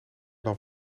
dan